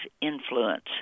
influence